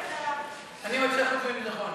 אני מציע לך, סגן